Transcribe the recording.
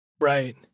Right